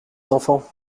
enfants